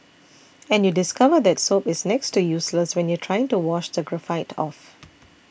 and you discover that soap is next to useless when you're trying to wash the graphite off